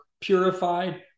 purified